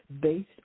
based